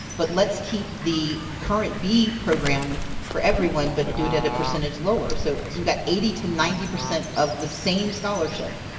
but let's keep the current b program for everyone, but do it at a percentage lower. you so so got eighty to ninety percent of the same scholarship,